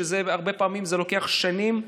שהרבה פעמים זה לוקח שנים,